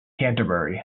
canterbury